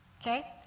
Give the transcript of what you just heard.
okay